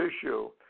issue